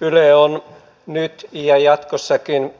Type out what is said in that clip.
yle on nyt ja jatkossakin